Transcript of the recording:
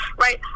right